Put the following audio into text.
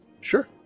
Sure